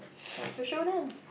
have to show them